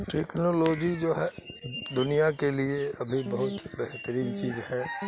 technology جو ہے دنیا کے لیے ابھی بہت بہترین چیز ہے